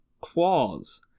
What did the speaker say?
clause